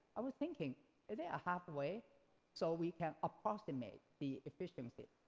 i was thinking is there a halfway so we can approximate the efficiency?